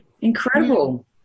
Incredible